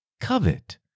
covet